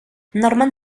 norman